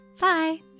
Bye